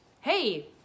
Hey